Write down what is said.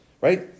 right